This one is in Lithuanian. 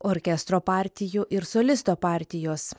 orkestro partijų ir solisto partijos